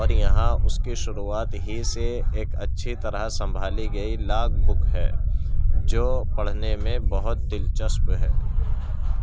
اور یہاں اس کی شروعات ہی سے ایک اچھی طرح سنبھالی گئی لاگ بک ہے جو پڑھنے میں بہت دلچسپ ہے